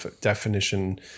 definition